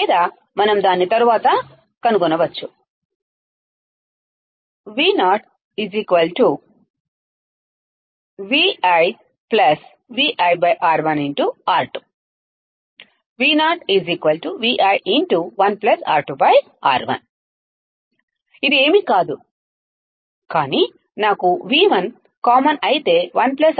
లేదా మనం దాన్ని తరువాత కనుగొనవచ్చు ఇది ఏమీ కాదు కాని నాకు V1 కామన్ ఐతే 1 R2 R1